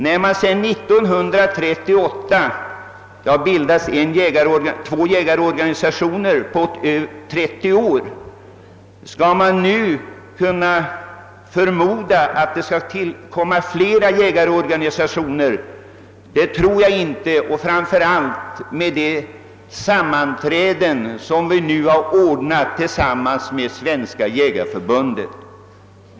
När det sedan 1938 har bildats endast två jägarorganisationer, kan man väl inte räkna med att det nu skall kunna tillkomma flera jägarorganisationer. Det är så mycket mindre troligt efter de sammanträden som vi nu har ordnat tillsammans med Svenska jägareförbundet.